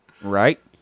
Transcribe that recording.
Right